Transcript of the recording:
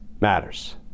matters